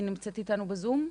היא נמצאת איתנו בזום.